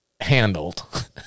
handled